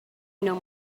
know